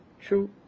True